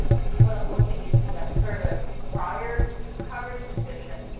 if you want to look at use of that service prior to coverage decision,